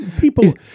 People